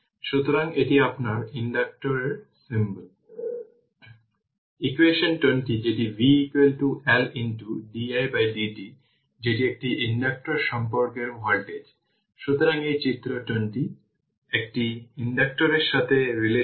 সুতরাং এটি 1515 5 হবে কারণ এটি 15 এই ভোল্টেজ v যে ভোল্টেজ ডিভিশন